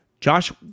Josh